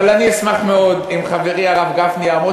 אבל אני אשמח מאוד אם חברי הרב גפני יעמוד